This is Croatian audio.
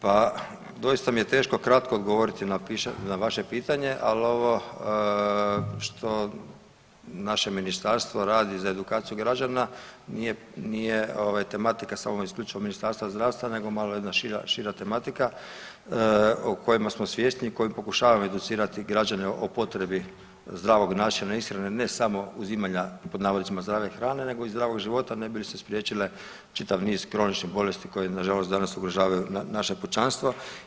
Pa doista mi je teško kratko odgovoriti na vaše pitanje, ali ovo što naše ministarstvo radi za edukaciju građana nije tematika samo isključivo Ministarstva zdravstva, nego malo jedna šira tematika o kojima smo svjesni i kojima pokušavamo educirati građane o potrebi zdravog načina ishrane ne samo uzimanja pod navodnicima zdrave hrane, nego i zdravog života ne bi li se spriječilo čitav niz kroničnih bolesti koji na žalost danas ugrožavaju naša pučanstva.